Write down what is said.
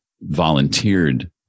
volunteered